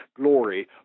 glory